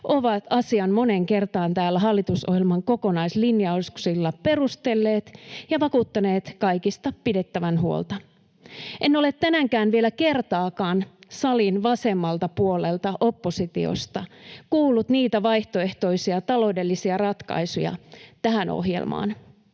ovat asian moneen kertaan täällä hallitusohjelman kokonaislinjauksilla perustelleet ja vakuuttaneet kaikista pidettävän huolta. En ole tänäänkään vielä kertaakaan salin vasemmalta puolelta, oppositiosta, kuullut vaihtoehtoisia taloudellisia ratkaisuja tähän ohjelmaan.